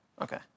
Okay